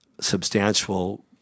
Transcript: substantial